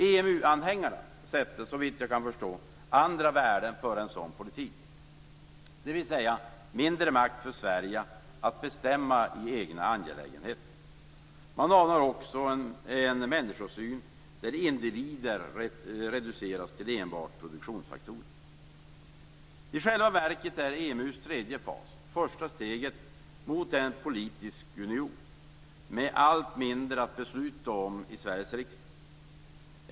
EMU-anhängarna sätter, såvitt jag kan förstå, andra värden före en sådan politik, dvs. mindre makt för Sverige att bestämma i egna angelägenheter. Man anar också en människosyn där individer reduceras till enbart produktionsfaktorer. I själva verket är EMU:s tredje fas första steget mot en politisk union, med allt mindre att besluta om i Sveriges riksdag.